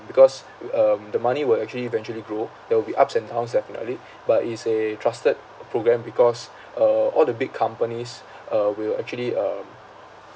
because um the money will actually eventually grow there will be ups and downs definitely but it's a trusted program because uh all the big companies uh will actually um